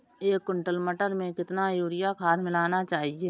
एक कुंटल मटर में कितना यूरिया खाद मिलाना चाहिए?